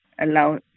allow